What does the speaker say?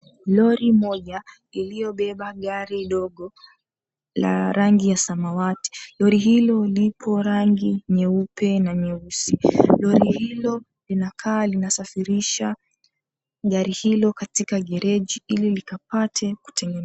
Lori moja, iliyobeba gari dogo la rangi ya samawati. Lori hilo lipo rangi nyeupe na nyeusi. Lori hilo linakaa linasafirisha gari hilo katika gereji ili likapate kutengenezwa.